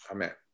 Amen